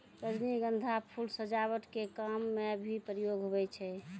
रजनीगंधा फूल सजावट के काम मे भी प्रयोग हुवै छै